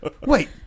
Wait